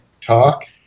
talk